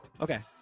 Okay